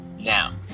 now